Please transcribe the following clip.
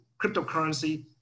cryptocurrency